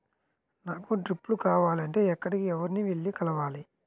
నాకు డ్రిప్లు కావాలి అంటే ఎక్కడికి, ఎవరిని వెళ్లి కలవాలి?